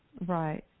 Right